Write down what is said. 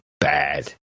bad